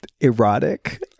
erotic